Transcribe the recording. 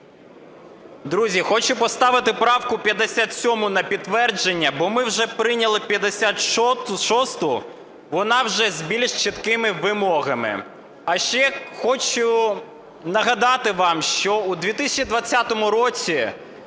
Друзі, хочу поставити правку 57 на підтвердження, бо ми вже прийняли 56-у, вона вже збільш чіткими вимогами. А ще хочу нагадати вам, що у 2020 році